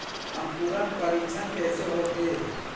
अंकुरण परीक्षण कैसे होथे?